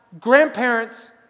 grandparents